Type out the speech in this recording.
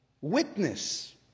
witness